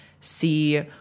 see